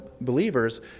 believers